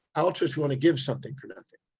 altruist we want to give something for nothing.